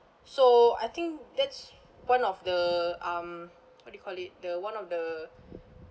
so I think that's one of the um what you call it the one of the